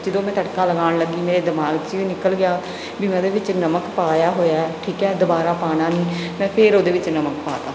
ਜਦੋਂ ਮੈਂ ਤੜਕਾ ਲਗਾਉਣ ਲੱਗੀ ਮੇਰੇ ਦਿਮਾਗ 'ਚ ਨਿਕਲ ਗਿਆ ਵੀ ਮੈਂ ਉਹਦੇ ਵਿੱਚ ਨਮਕ ਪਾਇਆ ਹੋਇਆ ਹੈ ਠੀਕ ਹੈ ਦੁਬਾਰਾ ਪਾਉਣਾ ਨਹੀਂ ਮੈਂ ਫਿਰ ਉਹਦੇ ਵਿੱਚ ਨਮਕ ਪਾ ਦਿੱਤਾ